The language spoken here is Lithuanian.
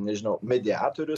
nežinau mediatorius